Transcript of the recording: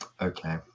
Okay